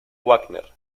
wagner